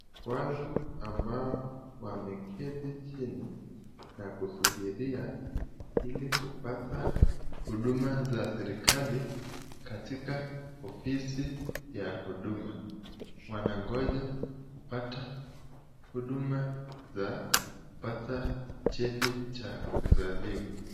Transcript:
Watu ambao wameketi chini, na kusubiria ili kupata huduma za serikalil katika ofisi za huduma wanangoja kupata huduma za kupata cheti cha kuzaliwa.